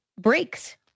breaks